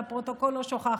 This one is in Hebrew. והפרוטוקול לא שוכחת.